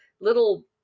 little